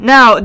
Now